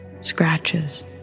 scratches